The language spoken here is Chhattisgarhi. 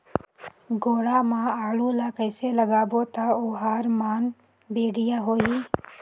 गोडा मा आलू ला कइसे लगाबो ता ओहार मान बेडिया होही?